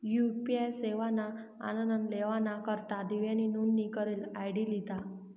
UPI सेवाना आनन लेवाना करता दिव्यानी नोंदनी करेल आय.डी लिधा